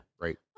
right